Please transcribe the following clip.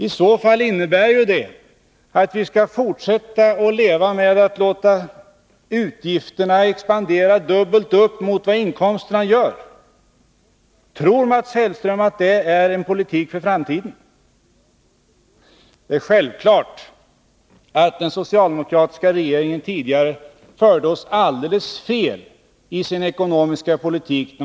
I så fall innebär ju det att vi skall fortsätta att leva med utgifter som i jämförelse med inkomsterna expanderar dubbelt så mycket. Tror Mats Hellström att det är en politik för framtiden? Självfallet förde den socialdemokratiska regeringen oss alldeles feltidigare när det gäller den ekonomiska politiken.